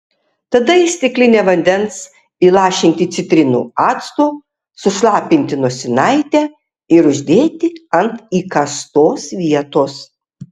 tada į stiklinę vandens įlašinti citrinų acto sušlapinti nosinaitę ir uždėti ant įkastos vietos